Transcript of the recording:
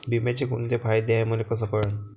बिम्याचे कुंते फायदे हाय मले कस कळन?